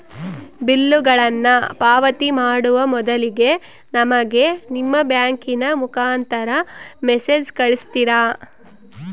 ಬಿಲ್ಲುಗಳನ್ನ ಪಾವತಿ ಮಾಡುವ ಮೊದಲಿಗೆ ನಮಗೆ ನಿಮ್ಮ ಬ್ಯಾಂಕಿನ ಮುಖಾಂತರ ಮೆಸೇಜ್ ಕಳಿಸ್ತಿರಾ?